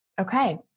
Okay